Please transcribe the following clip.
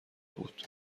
بود